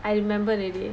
I remember already